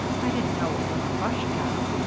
i didn't know it was a rush job.